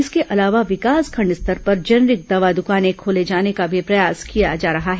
इसके अलावा विकासखंड स्तर पर जेनेरिक दवा दुकानें खोले जाने का भी प्रयास किया जा रहा है